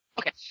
Okay